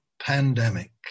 pandemic